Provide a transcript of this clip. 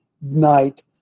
night